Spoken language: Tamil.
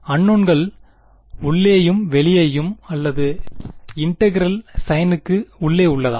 அன்னோண்கள் உள்ளேயும் வெளியேயும் அல்லது இன்டெகிரல் சைன் கு உள்ளே உள்ளதா